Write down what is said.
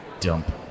dump